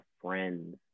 friends